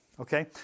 Okay